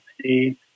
see